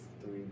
three